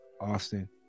Austin